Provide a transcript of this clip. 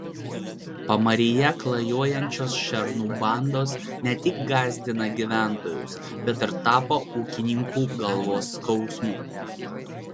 pamaryje klajojančios šernų bandos ne tik gąsdina gyventojus bet ir tapo ūkininkų galvos skausmu